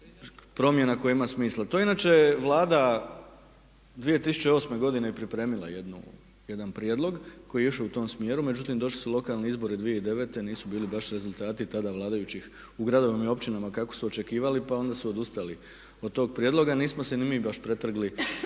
promjena koja ima smisla. To je inače Vlada 2008. godine pripremila jedan prijedlog koji je išao u tom smjeru, međutim došli su lokalni izbori 2009. i nisu bili baš rezultati tada vladajućih u gradovima i općinama kako su očekivali pa onda su odustali od tog prijedloga. Nismo se ni mi baš pretrgli